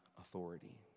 authority